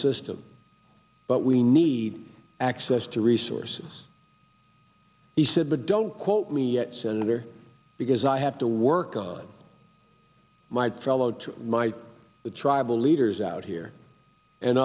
system but we need access to resources he said the don't quote me yet senator because i have to work on my trello to might the tribal leaders out here and